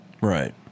Right